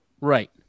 right